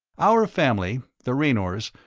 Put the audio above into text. our family, the raynors,